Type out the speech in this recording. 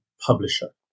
publisher